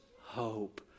hope